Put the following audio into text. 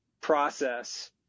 process